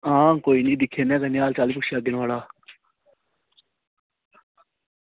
आं दिक्खी लैने आं कन्नै हाल चाल पुच्छी लैगे थोह्ड़ा